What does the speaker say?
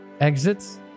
exits